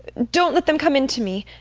don't let them come in to me!